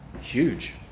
huge